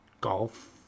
golf